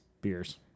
beers